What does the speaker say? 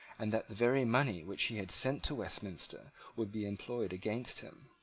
and that the very money which he had sent to westminster would be employed against him.